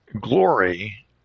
glory